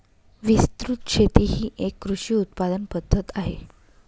विस्तृत शेती ही एक कृषी उत्पादन पद्धत आहे